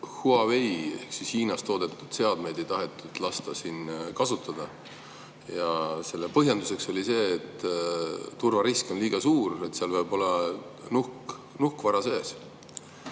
Huawei ehk Hiinas toodetud seadmeid ei tahetud lasta kasutada. Selle põhjenduseks oli see, et turvarisk on liiga suur, sest seal võib olla nuhkvara sees.